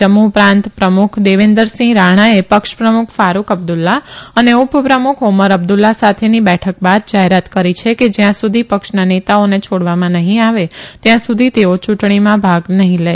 જમ્મુ પ્રાંત પ્રમુખ દવિન્દરસિંહ રાણાએ પક્ષ પ્રમુખ ફારૂક અબ્દુલ્લાહ અને ઉપપ્રમુખ ઓમર અબ્દુલ્લાહ સાથેની બેઠક બાદ જાહેરાત કરી છે કે જયાં સુધી પક્ષના નેતાઓને છોડવામાં નહી આવે ત્યાં સુધી તેઓ યુંટણીમાં ભાગ નહી લે